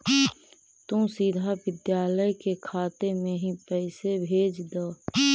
तु सीधा विद्यालय के खाते में ही पैसे भेज द